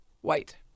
white